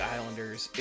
Islanders